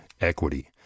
equity